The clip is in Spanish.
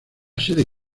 sede